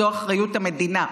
זו אחריות המדינה.